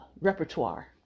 repertoire